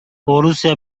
орусия